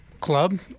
club